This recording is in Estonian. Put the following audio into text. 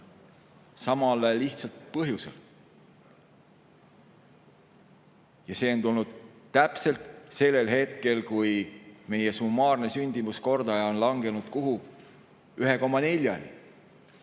samal lihtsal põhjusel. See on tulnud täpselt sellel hetkel, kui meie summaarne sündimuskordaja on langenud kuhu? 1,4‑ni.